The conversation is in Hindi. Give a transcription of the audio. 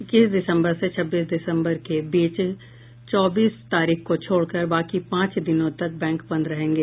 इक्कीस दिसम्बर से छब्बीस दिसम्बर के बीच चौबीस तारीख को छोड़कर बाकी पांच दिनों तक बैंक बंद रहेंगे